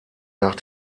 nach